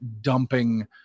dumping